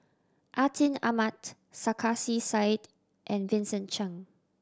Atin Amat Sarkasi Said and Vincent Cheng